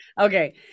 Okay